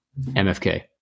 mfk